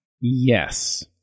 Yes